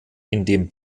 indem